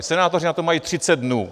Senátoři na to mají 30 dnů.